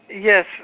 Yes